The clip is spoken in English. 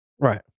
Right